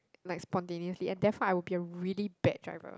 like spontaneously and therefore I will be a really bad driver